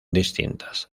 distintas